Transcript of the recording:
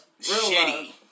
shitty